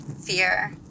fear